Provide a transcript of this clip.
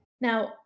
Now